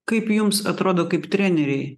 kaip jums atrodo kaip trenerei